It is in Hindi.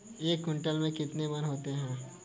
एक क्विंटल में कितने मन होते हैं?